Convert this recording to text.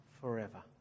forever